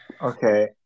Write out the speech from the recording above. Okay